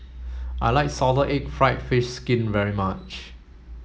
I like salted egg fried fish skin very much